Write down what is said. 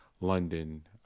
London